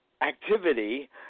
activity